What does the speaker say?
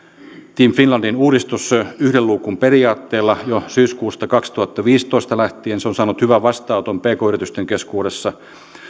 team finlandin uudistus yhden luukun periaatteella jo syyskuusta kaksituhattaviisitoista lähtien se on saanut hyvän vastaanoton pk yritysten keskuudessa